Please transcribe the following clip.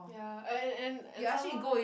ya and and and and some more